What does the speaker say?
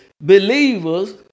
Believers